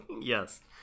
Yes